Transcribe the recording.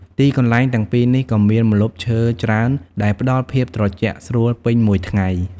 ទីកន្លែងទាំងពីរនេះក៏មានម្លប់ឈើច្រើនដែលផ្តល់ភាពត្រជាក់ស្រួលពេញមួយថ្ងៃ។